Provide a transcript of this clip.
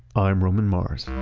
i'm roman mars.